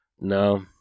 No